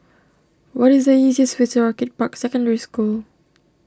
what is the easiest way to Orchid Park Secondary School